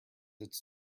its